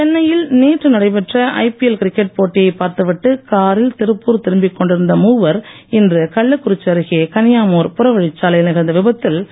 சென்னையில் நேற்று நடைபெற்ற ஐபிஎல் கிரிக்கெட் போட்டியை பார்த்துவிட்டு காரில் திருப்பூர் திரும்பிக் கொண்டிருந்த மூவர் இன்று கள்ளக்குறிச்சி அருகே கனியாமூர் புறவழிச் சாலையில் நிகழ்ந்த விபத்தில் உயிரிழந்தனர்